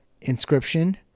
Inscription